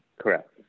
Correct